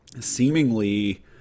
seemingly